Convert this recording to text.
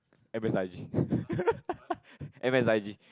M S I G M S I G